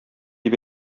дип